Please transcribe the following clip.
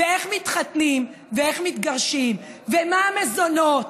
ואיך מתחתנים, ואיך מתגרשים, ומה המזונות,